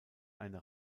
eine